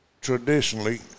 traditionally